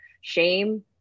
shame